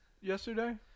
yesterday